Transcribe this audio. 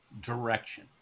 direction